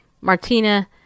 Martina